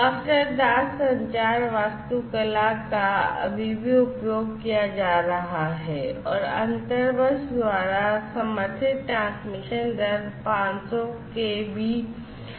master दास संचार वास्तुकला का अभी भी उपयोग किया जा रहा है और inter bus द्वारा समर्थित ट्रांसमिशन दर 500 kbps है